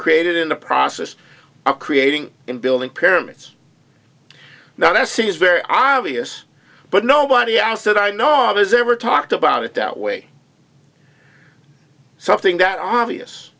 created in the process of creating and building pyramids now that seems very obvious but nobody asked that i know ms ever talked about it that way something that obvious